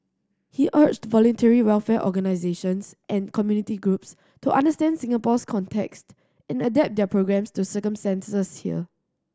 he urged voluntary welfare organisations and community groups to understand Singapore's context and adapt their programmes to circumstances here